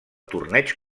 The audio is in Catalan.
torneig